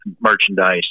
merchandise